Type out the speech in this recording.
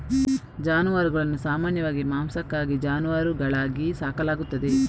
ಜಾನುವಾರುಗಳನ್ನು ಸಾಮಾನ್ಯವಾಗಿ ಮಾಂಸಕ್ಕಾಗಿ ಜಾನುವಾರುಗಳಾಗಿ ಸಾಕಲಾಗುತ್ತದೆ